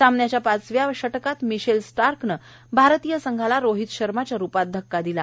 सामन्याच्या पाचव्या षटकात मिचेल स्टार्कने भारतीय संघाला रोहित शर्माच्या रूपात धक्का दिला